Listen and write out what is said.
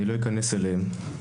אני לא אכנס אליהם.